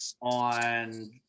on